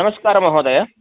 नमस्कारः महोदय